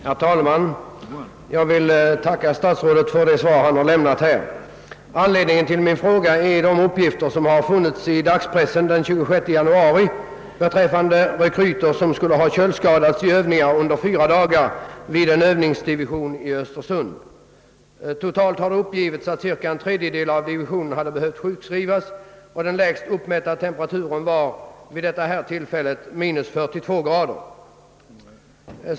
Herr talman! Jag vill tacka statsrådet för det svar han har lämnat. Anledningen till min fråga är uppgifter i dagspressen den 26 januari beträffande rekryter som skulle ha köldskadats vid övningar under fyra dagar vid en Öövningsdivision i Östersund. Det har uppgivits att totalt cirka en tredjedel av divisionen hade behövt sjukskrivas. Den lägsta uppmätta temperaturen var vid detta tillfälle — 42?.